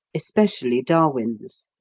especially darwin's.